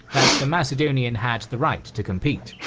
that the macedonian had the right to compete.